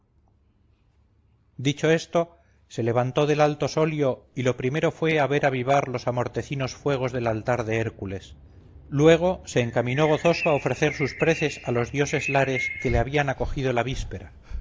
dicho esto se levantó del alto solio y lo primero fue a ver avivar los amortecidos fuegos del altar de hércules luego se encaminó gozoso a ofrecer sus preces a los dioses lares que le habían acogido la víspera